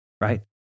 right